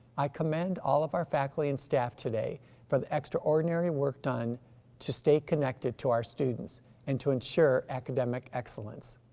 i commend all of our faculty and staff today for the extraordinary work done to stay connected to our students and to ensure academic excellence.